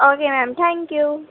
okay ma'am thank you